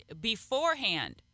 beforehand